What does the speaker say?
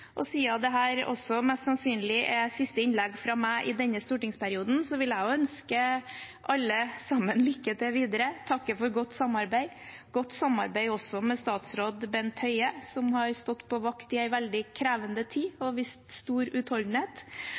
mest sannsynlig er siste innlegg fra meg i denne stortingsperioden, vil jeg også ønske alle sammen lykke til videre, takke for godt samarbeid, også godt samarbeid med statsråd Bent Høie, som har stått på vakt i en veldig krevende tid og vist stor